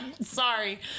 sorry